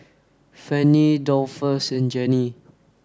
Fannye Dolphus and Jenni